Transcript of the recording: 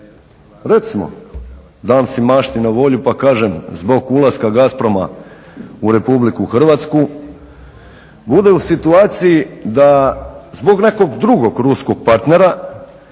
recimo dam si mašti na volju pa kažem zbog ulaska GASPROM u RH bude u situaciju da zbog nekog drugog ruskog partnera